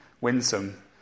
winsome